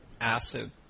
acid